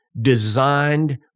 designed